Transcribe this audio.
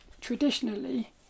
traditionally